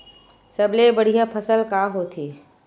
सबले बढ़िया फसल का होथे?